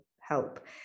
help